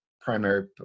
primary